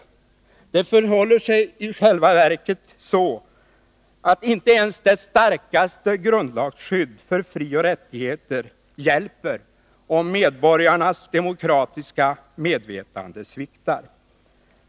Det förhåller sig i själva verket så att inte ens det starkaste grundlagsskydd för frioch rättigheter hjälper om medborgarnas demokratiska medvetande sviktar.